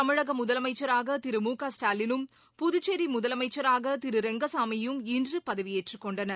தமிழக முதலமைச்சராக திரு மு க ஸ்டாலினும் புதுச்சேரி முதலமைச்சராக திரு ரெங்கசாமியும் இன்று பதவியேற்றுக் கொண்டனர்